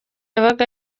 yabaga